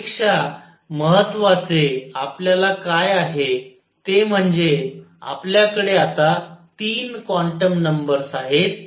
यापेक्षा महत्त्वाचे आपल्याकडे काय आहे ते म्हणजे आपल्याकडे आता 3 क्वांटम नंबर्स आहेत